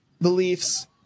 beliefs